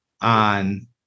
on